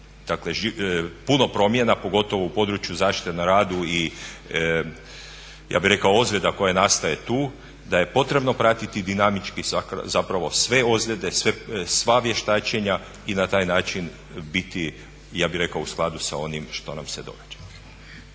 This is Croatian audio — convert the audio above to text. nam je puno promjena, pogotovo u području zaštite na radu i ja bih rekao ozljeda koje nastaju tu, da je potrebno pratiti dinamički zapravo sve ozljede, sva vještačenja i na taj način biti ja bih rekao u skladu sa onim što nam se događa.